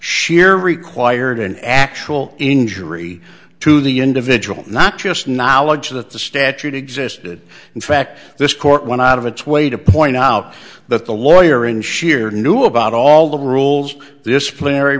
sheer required and actual injury to the individual not just knowledge that the statute existed in fact this court went out of its way to point out that the lawyer in shear knew about all the rules dis